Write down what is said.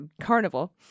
Carnival